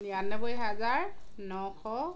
বিৰানব্বৈ হাজাৰ নশ